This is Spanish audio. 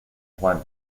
juan